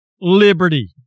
liberty